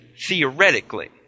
theoretically